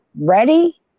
ready